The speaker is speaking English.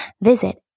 Visit